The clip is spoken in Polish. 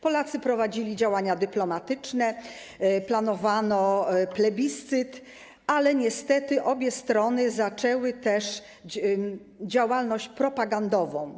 Polacy prowadzili działania dyplomatyczne, planowano plebiscyt, ale niestety obie strony zaczęły też działalność propagandową.